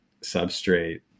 substrate